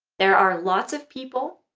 there are lots of people,